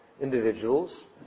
individuals